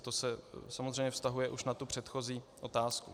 To se samozřejmě vztahuje už na tu předchozí otázku.